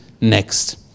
next